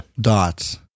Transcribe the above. Dots